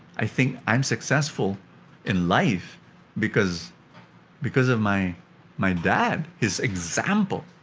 i think i'm successful in life because because of my my dad. his example.